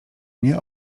nie